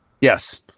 Yes